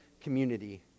community